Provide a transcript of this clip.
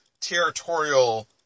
territorial